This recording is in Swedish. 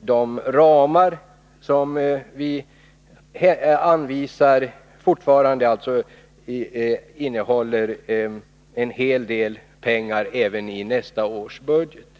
de ramar som vi anvisar fortfarande innehåller en hel del pengar till detta ändamål även i nästa års budget.